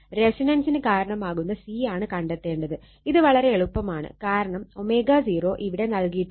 5 volt എന്ന് ലഭിക്കും